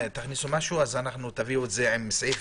תביאו את זה עם סעיף,